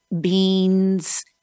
beans